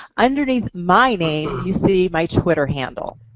underneath my name you see my twitter handle.